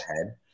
ahead